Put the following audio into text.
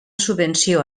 subvenció